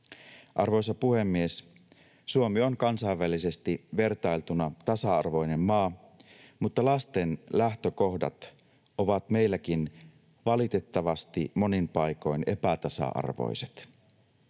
Arvoisa puhemies! Suomi on kansainvälisesti vertailtuna tasa-arvoinen maa, mutta lasten lähtökohdat ovat meilläkin valitettavasti monin paikoin epätasa-arvoiset.